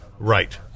Right